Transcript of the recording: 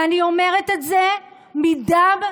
ואני אומרת את זה מדם ליבי.